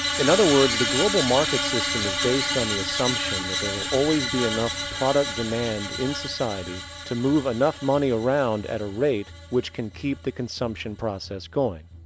in other words, the global market system is based on the assumption that there will always be enough product demand in a society to move enough money around. at a rate which can keep the consumption process going.